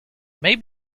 may